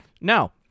Now